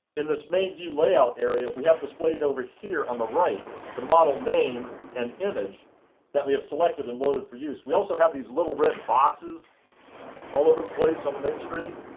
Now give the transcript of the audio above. in this main view layout area we have displayed over here on the right the model name and image that we have selected and loaded for use. we also have these little red boxes all over the place on the main screen.